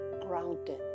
grounded